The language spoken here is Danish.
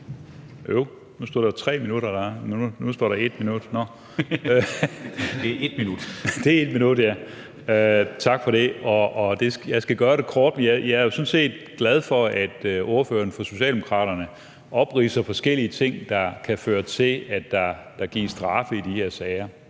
set glad for, at ordføreren for Socialdemokraterne opridser forskellige ting, der kan føre til, at der gives straffe i de her sager.